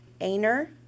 Aner